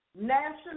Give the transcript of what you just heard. national